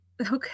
Okay